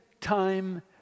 time